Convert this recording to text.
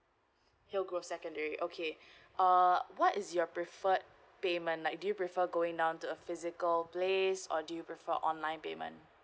hilgrove secondary okay uh what is your preferred payment like do you prefer going down to a physical place or do you prefer online payment